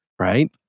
right